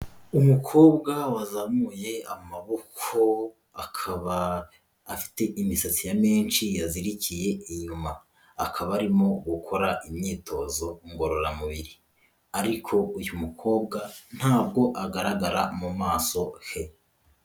Umukobwa wazamuye amaboko, akaba afite imisatsi ya menshi yazirikiye inyuma, akaba arimo gukora imyitozo ngororamubiri, ariko uyu mukobwa ntabwo agaragara mu maso he.